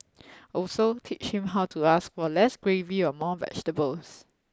also teach him how to ask for less gravy or more vegetables